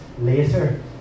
later